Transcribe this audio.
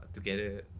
together